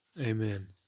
Amen